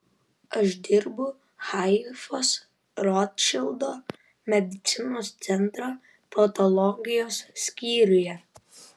aš dirbu haifos rotšildo medicinos centro patologijos skyriuje